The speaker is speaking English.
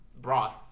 broth